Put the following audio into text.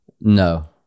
No